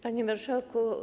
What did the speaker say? Panie Marszałku!